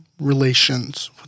relations